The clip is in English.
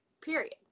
Period